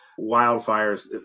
wildfires